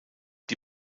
die